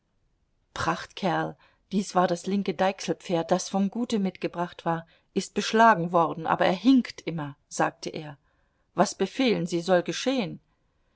war ist beschlagen worden aber er hinkt immer sagte er was befehlen sie soll geschehen